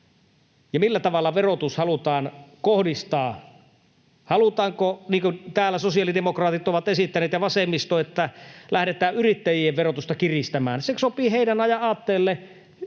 millä tavalla verotus halutaan kohdistaa. Halutaanko, niin kuin täällä sosiaalidemokraatit ja vasemmisto ovat esittäneet, että lähdetään yrittäjien verotusta kiristämään? Se sopii heidän aatteelleen.